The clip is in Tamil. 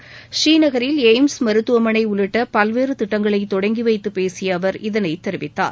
பூநீநகரில் எய்ம்ஸ் மருத்துவமனை உள்ளிட்ட பல்வேறு திட்டங்களை தொடங்கி வைத்துப் பேசிய அவர் இதனைத் தெரிவித்தார்